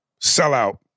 sellout